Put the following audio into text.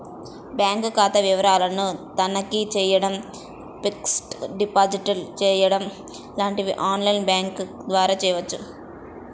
bank ఖాతా వివరాలను తనిఖీ చేయడం, ఫిక్స్డ్ డిపాజిట్లు తెరవడం లాంటివి ఆన్ లైన్ బ్యాంకింగ్ ద్వారా చేయవచ్చు